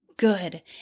Good